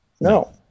No